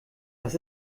das